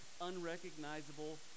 unrecognizable